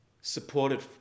supported